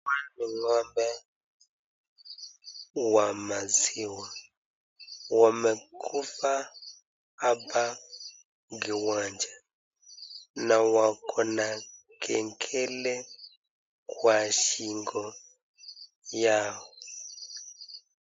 Ni ngo'mbe wa maziwa wamekufa hapa kiwanja na wako na kengele kwa shingo yao.